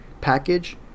package